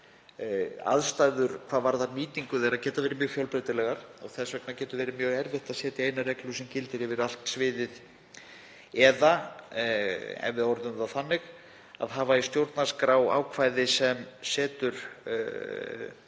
Aðstæður hvað varðar nýtingu þeirra geta verið mjög fjölbreytilegar. Þess vegna getur verið mjög erfitt að setja eina reglu sem gildir yfir allt sviðið eða, ef við orðum það þannig, að hafa í stjórnarskrá ákvæði sem setur